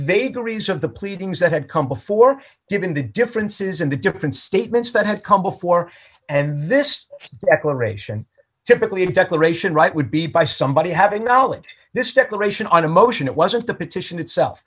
vagaries of the pleadings that had come before given the differences in the different statements that had come before and this exploration typically a declaration right would be by somebody having knowledge this declaration on a motion it wasn't the petition itself